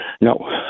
No